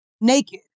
naked